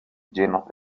llenos